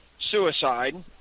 suicide